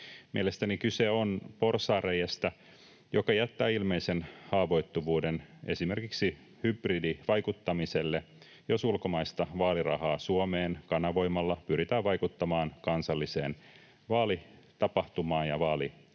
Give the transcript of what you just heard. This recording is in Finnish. Mielestäni kyse on porsaanreiästä, joka jättää ilmeisen haavoittuvuuden esimerkiksi hybridivaikuttamiselle, jos ulkomaista vaalirahaa Suomeen kanavoimalla pyritään vaikuttamaan kansalliseen vaalitapahtumaan ja vaalitulokseen.